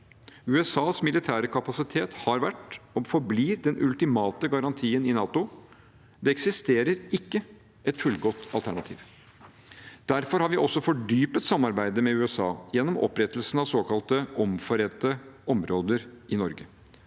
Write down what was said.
USAs militære kapasitet har vært – og forblir – den ultimate garantien i NATO. Det eksisterer ikke et fullgodt alternativ. Derfor har vi også fordypet samarbeidet med USA gjennom opprettelsen av såkalte omforente områder i Norge.